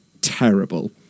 terrible